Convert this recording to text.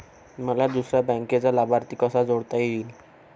मला दुसऱ्या बँकेचा लाभार्थी कसा जोडता येईल?